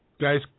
Guy's